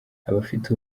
abafite